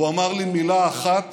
והוא אמר לי מילה אחת